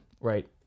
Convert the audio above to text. right